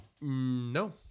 no